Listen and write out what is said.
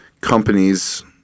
companies